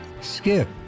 Skip